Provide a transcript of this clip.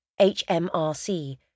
HMRC